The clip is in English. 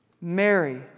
Mary